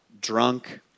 drunk